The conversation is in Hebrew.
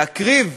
להקריב?